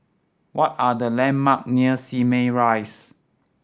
what are the landmark near Simei Rise